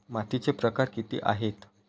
मातीचे प्रकार किती आहेत?